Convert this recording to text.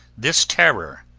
this terror,